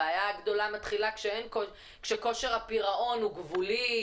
הבעיה מתחילה כשכושר הפירעון הוא גבולי,